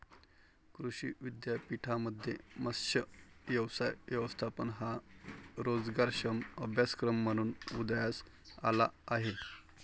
कृषी विद्यापीठांमध्ये मत्स्य व्यवसाय व्यवस्थापन हा रोजगारक्षम अभ्यासक्रम म्हणून उदयास आला आहे